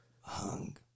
Hung